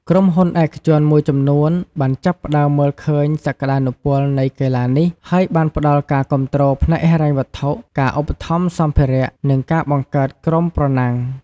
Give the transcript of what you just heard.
ក្រុមហ៊ុនឯកជនមួយចំនួនបានចាប់ផ្តើមមើលឃើញសក្តានុពលនៃកីឡានេះ ហើយបានផ្តល់ការគាំទ្រផ្នែកហិរញ្ញវត្ថុ ការឧបត្ថម្ភសម្ភារៈ និងការបង្កើតក្រុមប្រណាំង។